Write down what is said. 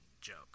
joke